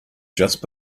just